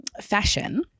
Fashion